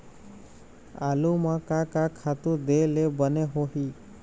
आलू म का का खातू दे ले बने होही?